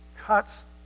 cuts